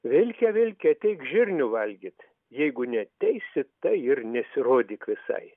vilke vilke ateik žirnių valgyt jeigu neteisi tai ir nesirodyk visai